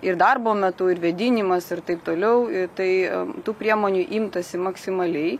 ir darbo metu ir vėdinimas ir taip toliau tai tų priemonių imtasi maksimaliai